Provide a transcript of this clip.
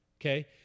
okay